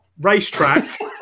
racetrack